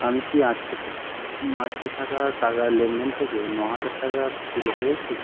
আমি কি আটকে আটকে থাকা টাকা লেনদেন থেকে ন হাজার টাকা ফিরে পেয়েছি